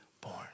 born